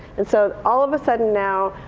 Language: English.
and so all of a sudden now,